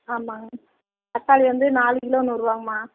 ஆமாங்க தக்காளி வந்து நாலு கிலோ நூறுரூவாங்கம்மா